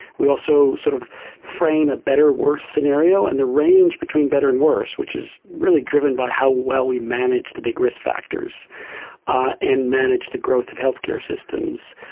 we also sort of frame a better worse scenario, and the range between better and worse, which is really driven by how well we manage the big risk factors ah and manage the growth of healthcare systems,